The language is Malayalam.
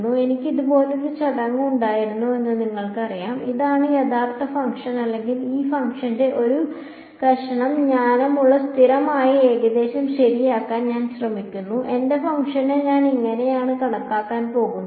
അതിനാൽ എനിക്ക് ഇതുപോലൊരു ചടങ്ങ് ഉണ്ടായിരുന്നോ എന്ന് നിങ്ങൾക്കറിയാം ഇതാണ് യഥാർത്ഥ ഫംഗ്ഷൻ എങ്കിൽ ഈ ഫംഗ്ഷന്റെ ഒരു കഷണം ജ്ഞാനമുള്ള സ്ഥിരമായ ഏകദേശം ശരിയാക്കാൻ ഞാൻ ശ്രമിക്കുന്നു എന്റെ ഫംഗ്ഷനെ ഞാൻ ഇങ്ങനെയാണ് കണക്കാക്കാൻ പോകുന്നത്